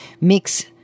mix